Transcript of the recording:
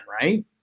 right